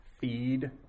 feed